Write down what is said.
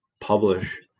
publish